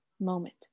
moment